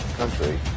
country